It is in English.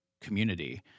community